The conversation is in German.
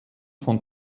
von